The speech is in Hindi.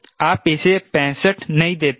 आप इसे 65 नहीं देते हैं